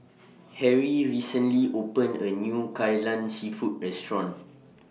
Harry recently opened A New Kai Lan Seafood Restaurant